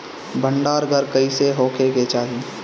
भंडार घर कईसे होखे के चाही?